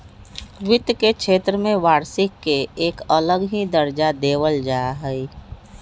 वित्त के क्षेत्र में वार्षिक के एक अलग ही दर्जा देवल जा हई